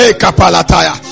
kapalataya